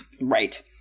Right